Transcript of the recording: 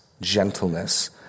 gentleness